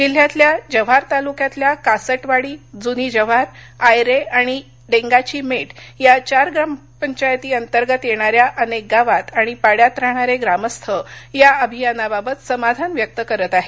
जिल्ह्यातल्या जव्हार तालुक्यातल्या कासटवाडी जूनी जव्हार आयरे आणि ड़ेंगाचीमेट या चार ग्रामपंचायती अंतर्गत येणा या अनेक गावात आणि पाडयात राहणारे ग्रामस्थ या अभियानाबाबत समाधान व्यक्त करत आहेत